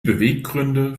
beweggründe